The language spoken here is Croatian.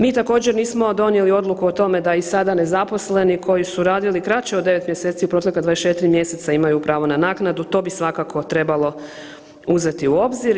Mi također nismo donijeli odluku o tome da i sada nezaposleni koji su radili kraće od 9 mjeseci u protekla 24 mjeseca imaju pravo na naknadu, to bi svakako trebalo uzeti u obzir.